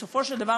בסופו של דבר,